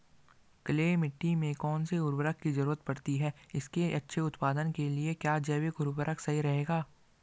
Clay मिट्टी में कौन से उर्वरक की जरूरत पड़ती है इसके अच्छे उत्पादन के लिए क्या जैविक उर्वरक सही रहेगा?